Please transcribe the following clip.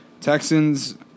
Texans